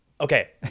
Okay